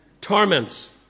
torments